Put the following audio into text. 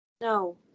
No